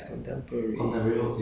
mm mm mm